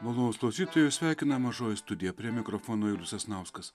malonūs klausytojai jus sveikina mažoji studija prie mikrofono julius sasnauskas